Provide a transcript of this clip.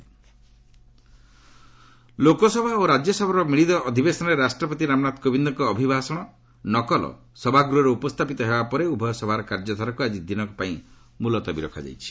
parliament adjourn Lok Sabha ଓ ରାଜ୍ୟସଭାର ମିଳିତ ଅଧିବେଶନରେ ରାଷ୍ଟ୍ରପତି ରାମନାଥ କୋବିନ୍ଦଙ୍କ ଅଭିଭାଷଣ ନକଲ ସଭାଗୃହରେ ଉପସ୍ଥାପିତ ହେବା ପରେ ଉଭୟ ସଭାର କାର୍ଯ୍ୟଧାରାକୁ ଆଜି ଦିନକ ପାଇଁ ମୁଲତବୀ ରଖାଯାଇଛି